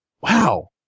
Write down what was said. wow